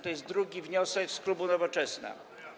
To jest drugi wniosek klubu Nowoczesna.